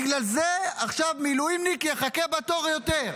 בגלל זה עכשיו מילואימניק יחכה בתור יותר.